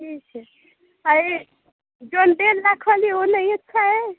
ठीक है ये जौन डेढ़ लाख वाली वो नहीं अच्छा है